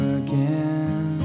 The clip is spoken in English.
again